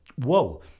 whoa